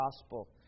Gospel